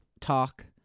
Talk